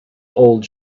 old